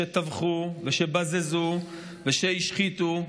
שטבחו, שבזזו ושהשחיתו.